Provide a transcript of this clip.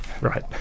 right